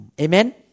Amen